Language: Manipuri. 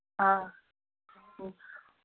ꯑ ꯎꯝ